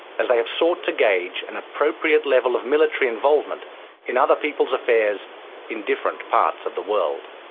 as they have sought to gauge an appropriate level of military involvement in other peoples' affairs in different parts of the world.